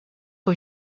que